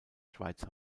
schweiz